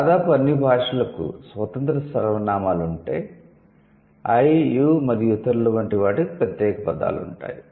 దాదాపు అన్ని భాషలకు స్వతంత్ర సర్వనామాలు ఉంటే 'ఐ యు మరియు ఇతరులు' వంటి వాటికి ప్రత్యేక పదాలు ఉంటాయి